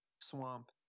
swamp